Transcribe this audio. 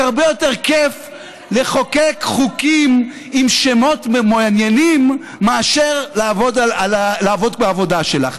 רק הרבה יותר כיף לחוקק חוקים עם שמות מעניינים מאשר לעבוד בעבודה שלך.